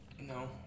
No